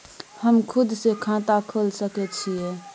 हम खुद से खाता खोल सके छीयै?